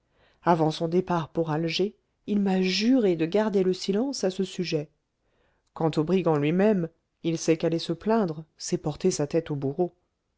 avant son départ pour alger il m'a juré de garder le silence à ce sujet quant au brigand lui-même il sait qu'aller se plaindre c'est porter sa tête au bourreau